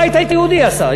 הבית היהודי עשה,